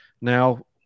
Now